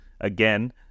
Again